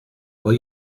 will